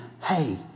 hey